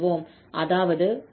அதாவது adxdy ஆகும்